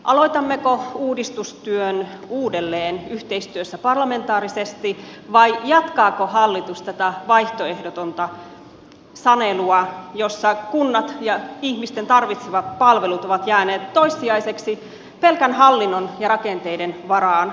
aloitammeko uudistustyön uudelleen yhteistyössä parlamentaarisesti vai jatkaako hallitus tätä vaihtoehdotonta sanelua jossa kunnat ja ihmisten tarvitsemat palvelut ovat jääneet toissijaisiksi pelkän hallinnon ja rakenteiden varaan